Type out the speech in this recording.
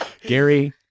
Gary